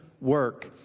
work